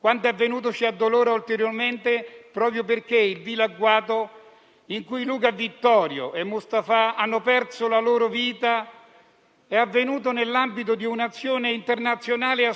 Quanto avvenuto ci addolora ulteriormente proprio perché il vile agguato in cui Luca, Vittorio e Mustapha hanno perso la loro vita è avvenuto nell'ambito di un'azione internazionale